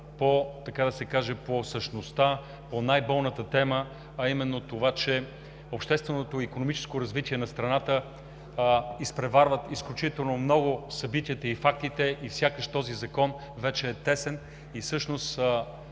но никога по същността, по най-болната тема, а именно това, че общественото и икономическо развитие на страната изпреварва изключително много събитията и фактите и сякаш този закон вече е тесен и